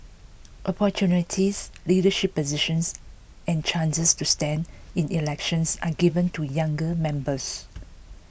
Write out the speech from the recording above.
opportunities leadership positions and chances to stand in elections are given to younger members